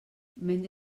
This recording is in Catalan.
menja